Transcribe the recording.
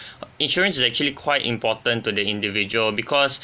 insurance is actually quite important to the individual because